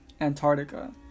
Antarctica